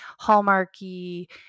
Hallmarky